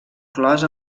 clos